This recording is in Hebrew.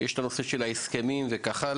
כי יש הסכמים וכו'.